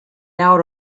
out